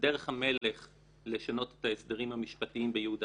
דרך המלך לשנות את ההסדרים המשפטיים ביהודה